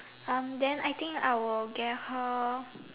um then I think I will get her